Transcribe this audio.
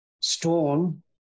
storm